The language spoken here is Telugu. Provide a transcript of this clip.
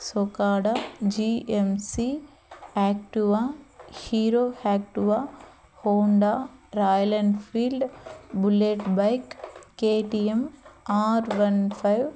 సొకాడ G M C Activa Hero Activa Honda Royal Enfield Bullet bike K T M R one five